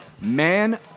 man